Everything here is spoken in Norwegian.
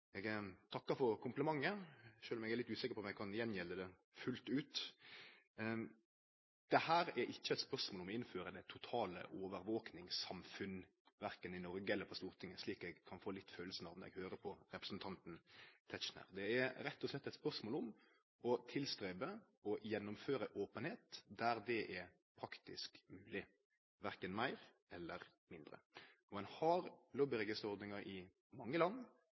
Eg takkar for komplimenten, sjølv om eg er litt usikker på om eg kan gjengjelde han fullt ut. Dette er ikkje eit spørsmål om å innføre det totale overvakingssamfunnet, verken i Norge eller på Stortinget, slik eg kan få litt følelsen av når eg høyrer på representanten Tetzschner. Det er rett og slett eit spørsmål om å ta sikte på å gjennomføre openheit der det er praktisk mogleg – verken meir eller mindre. Ein har lobbyregisterordningar i mange land.